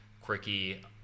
quirky